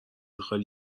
خالی